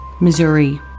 Missouri